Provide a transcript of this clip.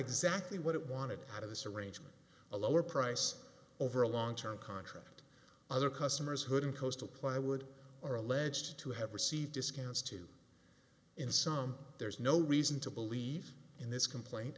exactly what it wanted out of this arrangement a lower price over a long term contract other customers hood in coastal plywood are alleged to have received discounts to in sum there's no reason to believe in this complain